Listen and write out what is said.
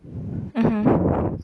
mmhmm